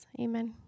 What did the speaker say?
Amen